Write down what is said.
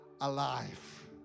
alive